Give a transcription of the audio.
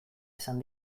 esan